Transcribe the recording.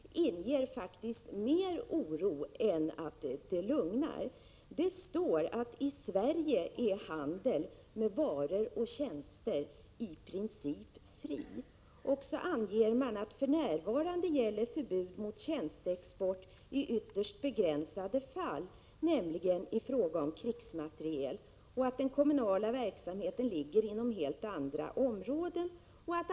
Det står i betänkandet: ”I Sverige är handel med varor och tjänster i princip fri.” Sedan anges följande: ”För närvarande gäller förbud mot tjänsteexport i ytterst begränsade fall, nämligen i fråga om krigsmateriel. Den kommunala verksamheten ligger inom helt andra områden.